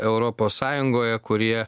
europos sąjungoje kurie